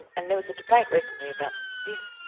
and there was a debate recently about this